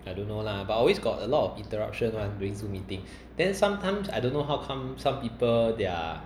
I don't know lah but always got a lot of interruption [one] during zoom meetings then sometimes I don't know how come some people their